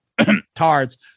Tards